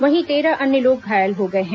वहीं तेरह अन्य लोग घायल हो गए हैं